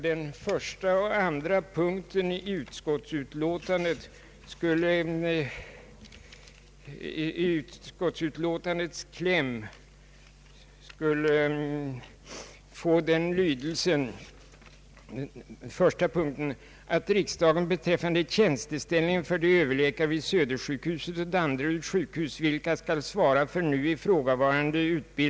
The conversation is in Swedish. Den första och andra punkten i utskottsutlåtandets kläm borde enligt detta yrkande få följande lydelse: Herr talman!